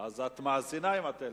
אז את מאזינה עם הטלפון.